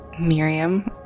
Miriam